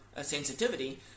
sensitivity